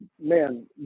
man